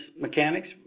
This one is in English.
mechanics